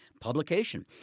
publication